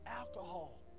alcohol